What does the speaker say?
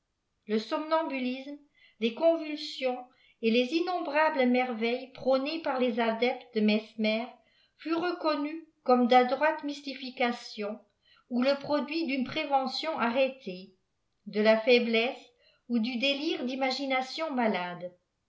le somnambulisme les convulsions et les innombrables merveilles prônées par les adeptes de mesmer furent reconnus comme d'adroites mystifications ou le produit d'une prévention arrêtée de là faiblesse oudu délire dimaginations malade